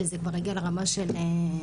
שזה כבר הגיע לרמה של ממש,